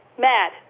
Mad